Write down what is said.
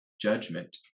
judgment